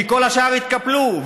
כי כל השאר התקפלו.